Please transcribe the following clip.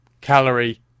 calorie